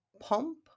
Pump